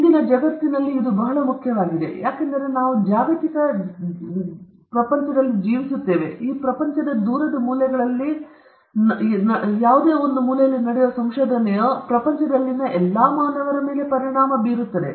ಇಂದಿನ ಜಗತ್ತಿನಲ್ಲಿ ಇದು ಬಹಳ ಮುಖ್ಯವಾಗಿದೆ ಏಕೆಂದರೆ ನಾವು ಜಾಗತಿಕ ಜಗತ್ತಿನಲ್ಲಿ ಜೀವಿಸುತ್ತಿದ್ದೇವೆ ಮತ್ತು ಈ ಪ್ರಪಂಚದ ದೂರದ ಮೂಲೆಗಳಲ್ಲಿ ಒಂದರಲ್ಲಿ ನಡೆಯುವ ಸಂಶೋಧನೆಯು ಈ ಪ್ರಪಂಚದಲ್ಲಿನ ಎಲ್ಲಾ ಮಾನವರ ಮೇಲೆ ಪರಿಣಾಮ ಬೀರುತ್ತದೆ